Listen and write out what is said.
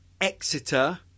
Exeter